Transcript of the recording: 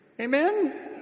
Amen